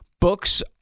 Books